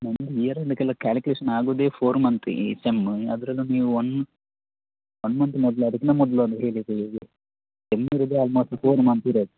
ನಮ್ಮದು year calculation ಆಗೋದೇ four month ಈ ಸೆಮ್ಮ್ ಅದರಲ್ಲೂ ನೀವು ಒನ್ ಹನ್ನೊಂದು ಮೊದಲು ಅದಕ್ಕಿನ್ನ ಮೊದಲೊಂದು ಇಲ್ಲಿ ಇರೋದೇ ಆಲ್ಮೋಸ್ಟ್ ಫೋರ್ ಮಂತ್ ಇರೋದು